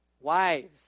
wives